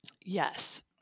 Yes